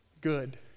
good